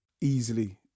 Easily